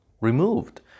removed